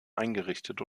eingerichtet